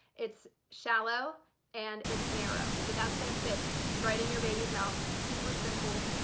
it's shallow and it's narrow so that's gonna fit right in your baby's mouth. super simple.